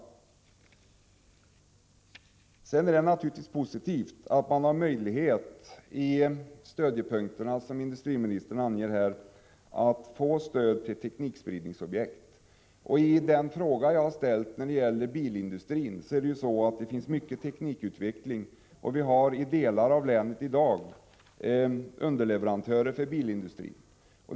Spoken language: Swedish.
Det är naturligtvis positivt att man när det gäller de punkter som industriministern nämner har möjlighet att få stöd till teknikspridningsobjekt. Vad beträffar bilindustrin finns det ju mycket av teknikutveckling, och vi har i delar av länet i dag underleverantörer till bilindustrin.